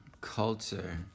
culture